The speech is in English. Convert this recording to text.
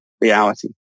reality